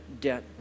debt